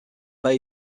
pas